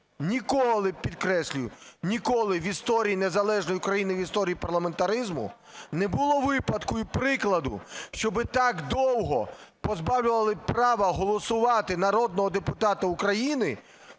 Ніколи, підкреслюю, ніколи в історії незалежної України, в історії парламентаризму не було випадку і прикладу, щоб так довго позбавлювали права голосувати народного депутата України,